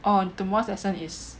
orh tomorrow's lesson is